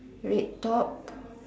red top